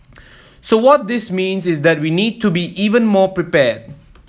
so what this means is that we need to be even more prepared